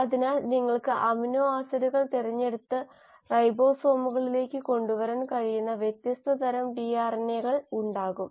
അതിനാൽ നിങ്ങൾക്ക് അമിനോ ആസിഡുകൾ തിരഞ്ഞെടുത്ത് റൈബോസോമുകളിലേക്ക് കൊണ്ടുവരാൻ കഴിയുന്ന വ്യത്യസ്ത തരം ടിആർഎൻഎകൾ ഉണ്ടാകും